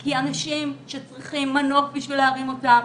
כי אנשים שצריכים מנוף בשביל להרים אותם,